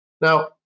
Now